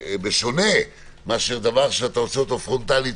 בשונה מדבר שאתה עושה אותו פרונטלית